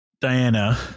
Diana